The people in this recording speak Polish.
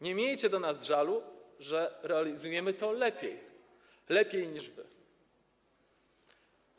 Nie miejcie do nas żalu, że realizujemy to lepiej niż wy.